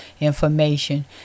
information